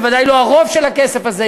בוודאי לא הרוב של הכסף הזה.